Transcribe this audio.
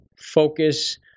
Focus